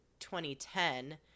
2010